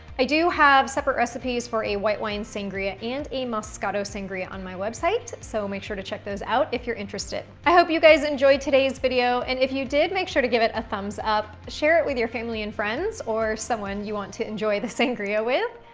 i do have separate recipes for a white wine sangria and a moscato sangria on my website, so make sure to check those out if you're interested. i hope you guys enjoyed today's video, and if you did, make sure to give it a thumbs up, share it with your family and friends, or someone you want to enjoy the sangria with,